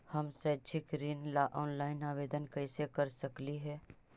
हम शैक्षिक ऋण ला ऑनलाइन आवेदन कैसे कर सकली हे?